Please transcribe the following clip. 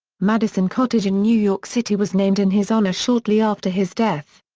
madison cottage in new york city was named in his honor shortly after his death.